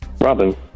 Robin